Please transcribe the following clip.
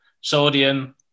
sodium